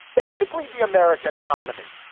basically, the american economy.